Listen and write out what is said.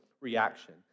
reaction